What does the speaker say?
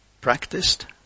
practiced